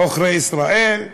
עוכרי ישראל.